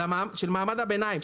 של מעמד הביניים,